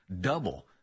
double